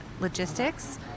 logistics